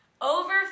over